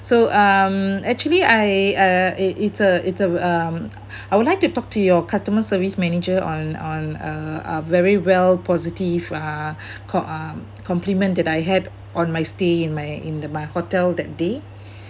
so um actually I uh it's uh it's uh um I would like to talk to your customer service manager on on uh very well positive uh com~ um compliment that I had on my stay in my in my hotel that day